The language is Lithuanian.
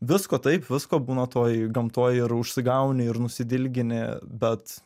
visko taip visko būna toj gamtoj ir užsigauni ir nusidilgini bet